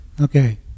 okay